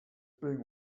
being